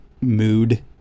mood